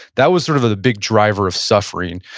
that was sort of the big driver of suffering.